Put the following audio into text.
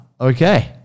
Okay